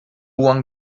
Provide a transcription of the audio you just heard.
one